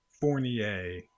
Fournier